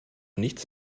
nichts